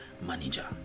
manager